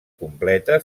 completa